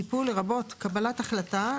"טיפול" לרבות קבלת החלטה,